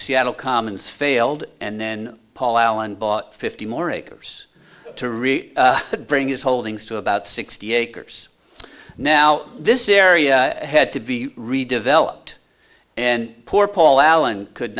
seattle commons failed and then paul allen bought fifty more acres to really bring his holdings to about sixty acres now this area had to be redeveloped and poor paul allen could